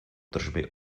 tržby